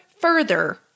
further